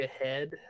ahead